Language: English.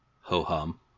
ho-hum